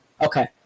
okay